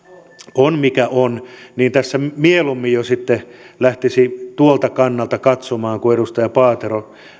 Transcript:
on mikä on niin tässä mieluummin jo sitten lähtisi tuolta kannalta katsomaan kuin edustaja paatero